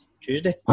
Tuesday